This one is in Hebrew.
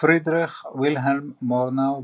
פרידריך וילהלם מורנאו,